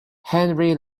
henry